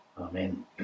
Amen